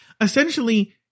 Essentially